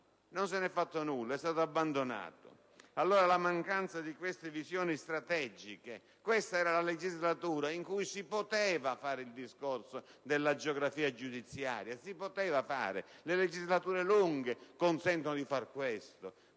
Non se ne è fatto nulla, è stato abbandonato. Si assiste allora alla mancanza di visioni strategiche. Questa era la legislatura in cui si poteva fare il discorso della geografia giudiziaria: le legislature lunghe consentono di farlo;